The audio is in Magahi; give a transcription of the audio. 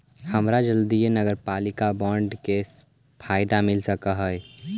हमरा जल्दीए नगरपालिका बॉन्ड के फयदा मिल सकलई हे